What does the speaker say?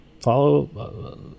follow